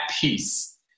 peace